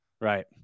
Right